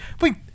wait